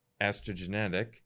estrogenetic